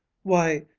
why,